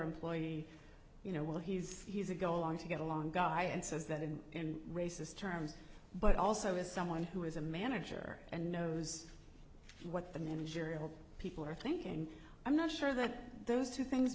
employees you know well he's he's a go along to get along guy and says that in racist terms but also as someone who is a manager and knows what the managerial people are thinking i'm not sure that those two things